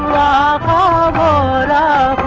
da da da